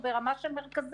או ברמה של מרכזים.